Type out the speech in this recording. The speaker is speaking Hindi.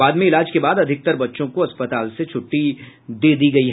बाद में इलाज के बाद अधिकतर बच्चों को अस्पताल से छुट्टी दे दी गयी